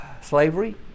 slavery